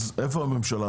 אז איפה הממשלה?